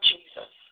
Jesus